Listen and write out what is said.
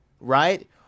Right